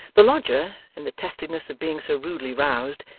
the lodger, in the testiness of being so rudely roused,